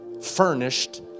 furnished